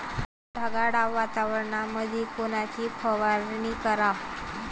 ढगाळ वातावरणामंदी कोनची फवारनी कराव?